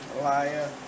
Liar